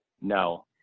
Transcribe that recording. No